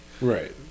right